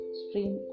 stream